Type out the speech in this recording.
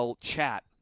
chat